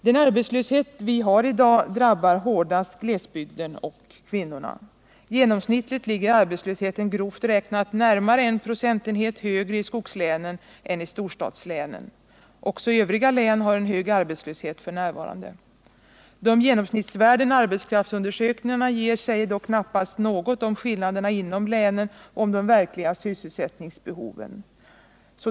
Den arbetslöshet vi har i dag drabbar hårdast glesbygden och kvinnorna. Genomsnittligt ligger arbetslösheten grovt räknat närmare en procentenhet högre i skogslänen än i storstadslänen. Också övriga län har en hög arbetslöshet f. n. De genomsnittsvärden arbetskraftsundersökningarna ger säger dock knappast något om skillnaderna inom länen och om de verkliga sysselsättningsbehoven.